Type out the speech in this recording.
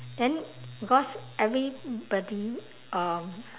then because everybody um